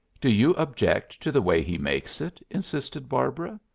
do you object to the way he makes it? insisted barbara.